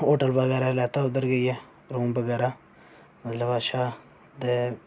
hotel बगैरा लैता उद्धर गेइयै रूम बगैरा मतलब अच्छा ते